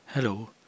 Hello